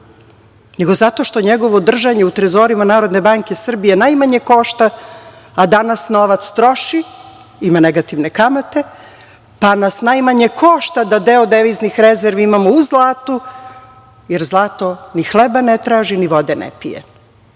njegovo držanje u trezorima Narodne banke Srbije najmanje košta, a danas novac troši, ima negativne kamate, pa nas najmanje košta da deo deviznih rezervi imamo u zlatu, jer zlato ni hleba ne traži ni vode ne pije.